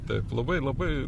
taip labai labai